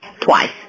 Twice